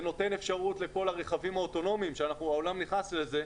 זה נותן אפשרות לכל הרכבים האוטונומיים שהעולם נכנס לזה,